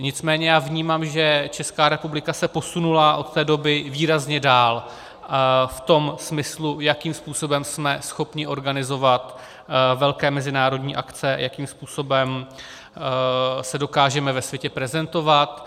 Nicméně vnímám, že Česká republika se posunula od té doby výrazně dál v tom smyslu, jakým způsobem jsme schopni organizovat velké mezinárodní akce, jakým způsobem se dokážeme ve světě prezentovat.